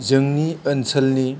जोंनि ओनसोलनि